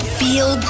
feel